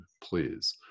please